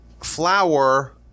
flour